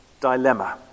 dilemma